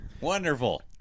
Wonderful